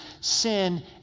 sin